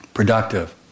Productive